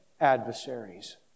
adversaries